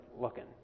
looking